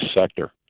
sector